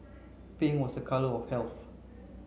pink was a colour of health